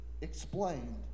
explained